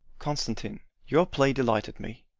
constantine, your play delighted me.